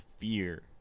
fear